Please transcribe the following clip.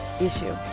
issue